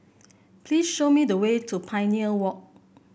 please show me the way to Pioneer Walk